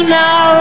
now